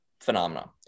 phenomena